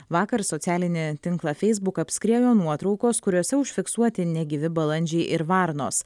vakar socialinį tinklą facebook apskriejo nuotraukos kuriose užfiksuoti negyvi balandžiai ir varnos